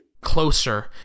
Closer